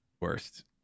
Worst